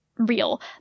Real